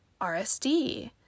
RSD